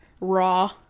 raw